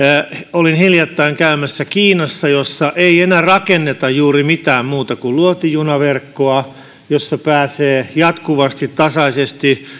olin hiljattain käymässä kiinassa missä ei enää rakenneta juuri mitään muuta kuin luotijunaverkkoa jolla pääsee jatkuvasti tasaisesti